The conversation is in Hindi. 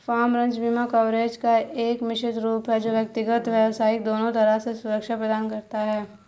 फ़ार्म, रंच बीमा कवरेज का एक मिश्रित रूप है जो व्यक्तिगत, व्यावसायिक दोनों तरह से सुरक्षा प्रदान करता है